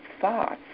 thoughts